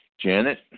Janet